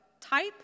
type